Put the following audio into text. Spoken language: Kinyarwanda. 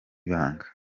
ibanga